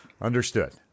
Understood